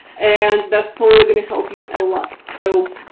and that's totally going to help you a lot so.